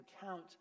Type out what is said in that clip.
count